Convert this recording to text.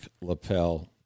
lapel